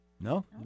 No